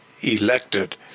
elected